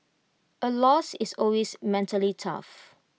A loss is always mentally tough